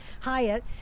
Hyatt